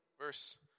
verse